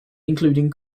including